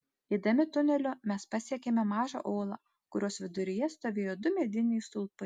eidami tuneliu mes pasiekėme mažą olą kurios viduryje stovėjo du mediniai stulpai